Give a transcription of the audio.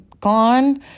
gone